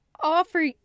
offer